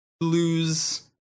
lose